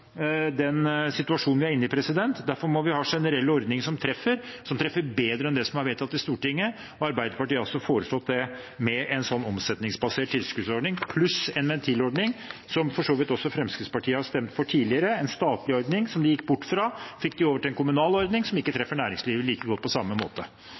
den situasjonen vi er i. Derfor må vi ha generelle ordninger som treffer, og som treffer bedre enn det som er vedtatt i Stortinget. Arbeiderpartiet har altså foreslått det med en slik omsetningsbasert tilskuddsordning, pluss en ventilordning, som for så vidt også Fremskrittspartiet har stemt for tidligere – en statlig ordning som de gikk bort fra og fikk over til en kommunal ordning som ikke treffer næringslivet like godt på samme måte.